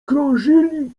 krążyli